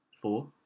four